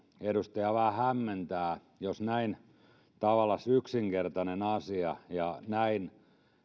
edustajaa vähän hämmentää jos tavallaan näin yksinkertaisen asian vieminen josta kaikki ovat näin